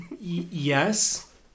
Yes